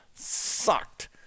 sucked